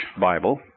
Bible